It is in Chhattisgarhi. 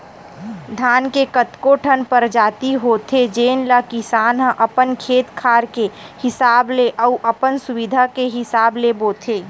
धान के कतको ठन परजाति होथे जेन ल किसान ह अपन खेत खार के हिसाब ले अउ अपन सुबिधा के हिसाब ले बोथे